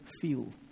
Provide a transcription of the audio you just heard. feel